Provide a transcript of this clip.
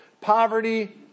Poverty